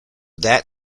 that